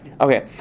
Okay